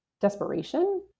desperation